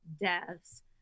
deaths